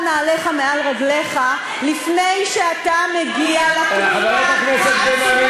של נעליך מעל רגליך לפני שאתה מגיע לתרומה העצומה,